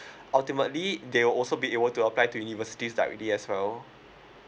ultimately they will also be able to apply to university directly as well